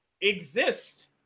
exist